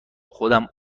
خودم